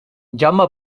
jaume